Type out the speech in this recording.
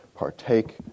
partake